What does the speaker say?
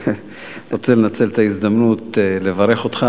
ואני רוצה לנצל את ההזדמנות לברך אותך.